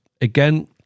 again